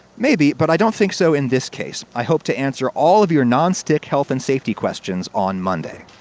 maybe, but i don't think so in this case. i hope to answer all of your nonstick health and safety questions on monday.